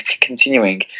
continuing